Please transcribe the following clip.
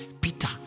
Peter